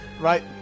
right